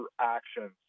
actions